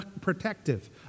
protective